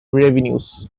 revenues